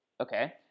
okay